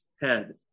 head